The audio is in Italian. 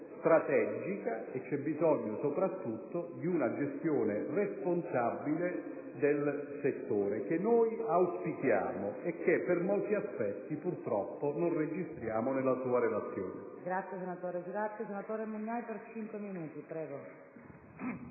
strategica e c'è bisogno soprattutto di una gestione responsabile del settore, che noi auspichiamo e che per molti aspetti, purtroppo, non registriamo nella sua Relazione.